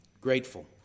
grateful